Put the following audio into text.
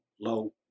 low